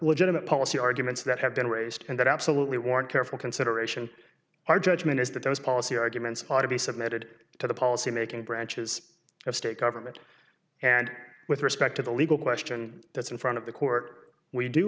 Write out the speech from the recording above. legitimate policy arguments that have been raised and that absolutely warrant careful consideration our judgment is that those policy arguments ought to be submitted to the policymaking branches of state government and with respect to the legal question that's in front of the court we do